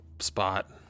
spot